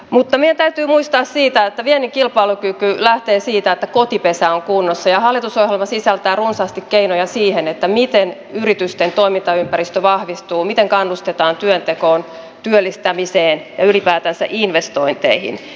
mutta meidän täytyy muistaa että viennin kilpailukyky lähtee siitä että kotipesä on kunnossa ja hallitusohjelma sisältää runsaasti keinoja siihen miten yritysten toimintaympäristö vahvistuu ja miten kannustetaan työntekoon työllistämiseen ja ylipäätänsä investointeihin